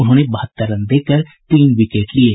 उन्होंने बहत्तर रन देकर तीन विकेट लिये